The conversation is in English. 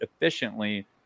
efficiently